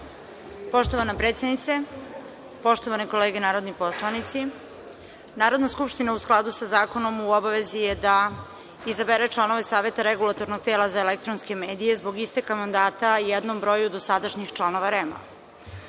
Hvala. Poštovana predsednice, poštovane kolege narodni poslanici, Narodna skupština je, u skladu sa zakonom, u obavezi da izabere članove Saveta Regulatornog tela za elektronske medije zbog isteka mandata jednom broju dosadašnjih članova REM.Iz